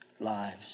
lives